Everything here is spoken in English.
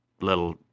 little